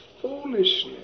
foolishness